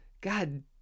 God